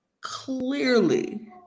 clearly